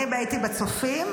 אני הייתי בצופים,